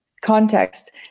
context